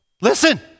Listen